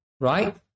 right